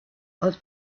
als